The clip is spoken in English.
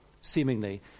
seemingly